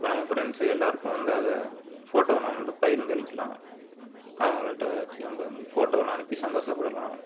இப்போ நம்ம ஃப்ரெண்ட்ஸு எல்லாருக்கும் வந்து அதை ஃபோட்டோவை நம்ம வந்து பகிர்ந்து அளிக்கலாம் அவங்ககிட்ட வச்சு நம்ம ஃபோட்டோவெல்லாம் அனுப்பி சந்தோஷப்படலாம்